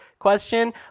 Question